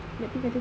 nak pinjam tadi